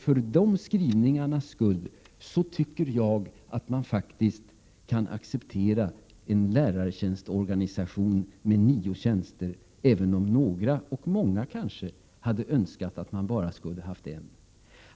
Med de skrivningarna tycker jag att man kan acceptera en lärartjänstorganisation med nio slag av tjänster, även om några, kansket.o.m. många, hade önskat en organisation med endast ett slags tjänst.